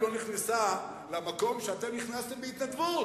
לא נכנסה למקום שאתם נכנסתם בהתנדבות,